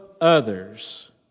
others